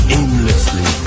aimlessly